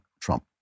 Trump